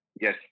Yes